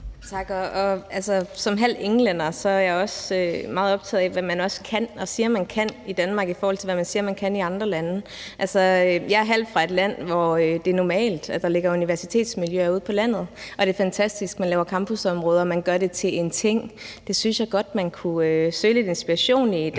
af, hvad man også kan og siger man kan i Danmark, i forhold til hvad man siger man kan i andre lande. Altså, jeg er halvt fra et land, hvor det er normalt, at der ligger universitetsmiljøer ude på landet, og det er fantastisk; man laver det til campusområder, og man gør det til en ting. Det synes jeg godt man kunne søge lidt inspiration i i Danmark.